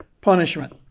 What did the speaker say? punishment